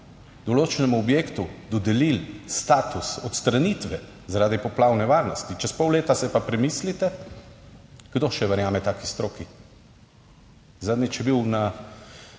določenemu objektu dodelili status odstranitve zaradi poplavne varnosti, čez pol leta se pa premislite, kdo še verjame taki stroki? Zadnjič je bil na